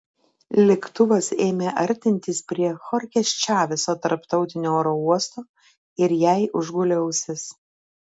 lėktuvas ėmė artintis prie chorchės čaveso tarptautinio oro uosto ir jai užgulė ausis